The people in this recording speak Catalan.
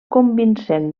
convincent